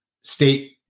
state